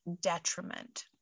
detriment